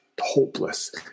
hopeless